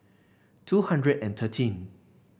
two hundred and thirteen